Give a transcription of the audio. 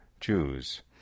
Jews